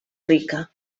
rica